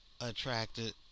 attracted